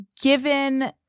given